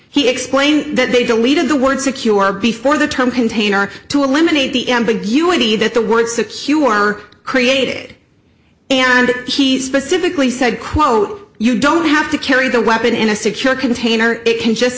he explained that they deleted the word secure before the term container to eliminate the ambiguity that the word secure are created and he specifically said quote you don't have to carry the weapon in a secure container it can just